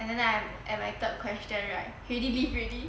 and then I am at my third question right he already leave already